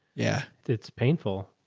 yeah. it's painful,